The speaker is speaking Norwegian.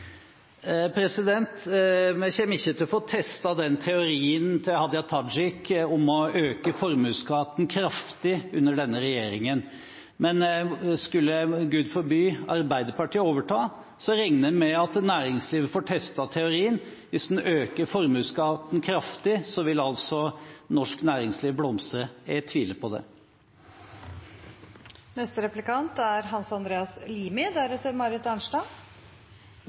Vi kommer ikke til å få testet teorien til Hadia Tajik om å øke formuesskatten kraftig under denne regjeringen, men skulle – Gud forby – Arbeiderpartiet overta, regner jeg med at næringslivet får testet teorien, at hvis man øker formuesskatten kraftig, vil altså norsk næringsliv blomstre. Jeg tviler på